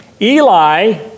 Eli